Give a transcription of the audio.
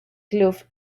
club